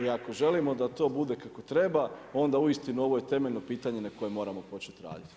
I ako želimo da to bude kako treba onda uistinu ovo je temeljno pitanje na kojem moramo početi raditi.